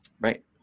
right